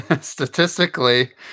Statistically